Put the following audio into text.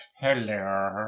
hello